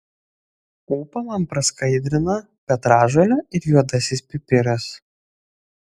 ūpą man praskaidrina petražolė ir juodasis pipiras